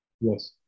Yes